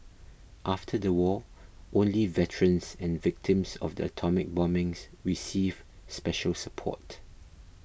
after the war only veterans and victims of the atomic bombings received special support